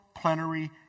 plenary